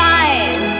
eyes